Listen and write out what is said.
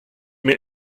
mir